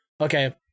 Okay